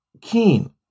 keen